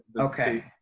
okay